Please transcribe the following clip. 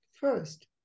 first